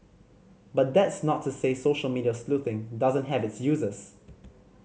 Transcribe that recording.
but that's not to say social media sleuthing doesn't have its uses